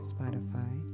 Spotify